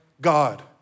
God